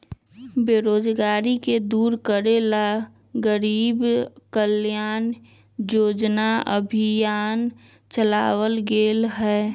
बेरोजगारी के दूर करे ला गरीब कल्याण रोजगार अभियान चलावल गेले है